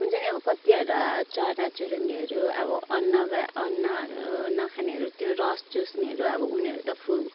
हुन्छ नि अब कतिवटा चरा चुरुङ्गीहरू अब अन्न बा अन्नहरू नखानेहरू त्यो रस चुस्नेहरू अब उनीहरू त फुल